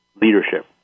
leadership